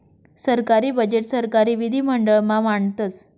सरकारी बजेट सरकारी विधिमंडळ मा मांडतस